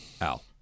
Al